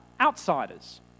outsiders